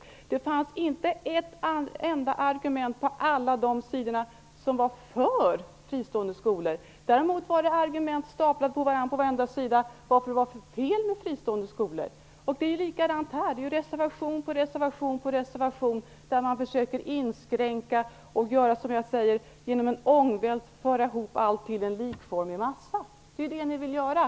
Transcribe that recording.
I den fanns inte ett enda argument för fristående skolor. På alla sidor fanns det däremot argument staplade på varandra om varför det är fel med fristående skolor. Det är likadant i det här betänkandet. Det är reservation på reservation på reservation där man försöker göra inskränkningar. Som en ångvält försöker man föra ihop allt till en likformig massa. Det är det ni vill göra.